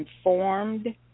informed